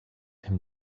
him